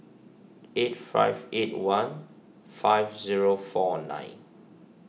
eight five eight one five zero four nine